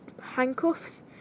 handcuffs